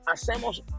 hacemos